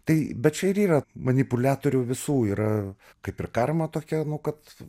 tai bet čia ir yra manipuliatorių visų yra kaip ir karma tokia kad